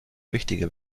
wichtiger